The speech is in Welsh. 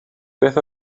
beth